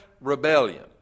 rebellion